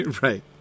Right